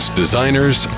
designers